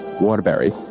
Waterbury